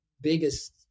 biggest